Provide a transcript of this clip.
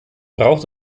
braucht